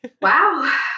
Wow